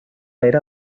era